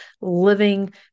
living